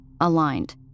aligned